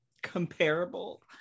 comparable